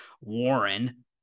Warren